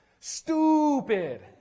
stupid